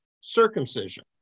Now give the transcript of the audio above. circumcision